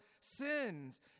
sins